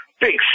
big